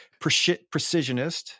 precisionist